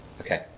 Okay